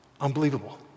unbelievable